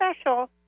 special